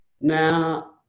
Now